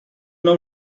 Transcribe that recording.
nou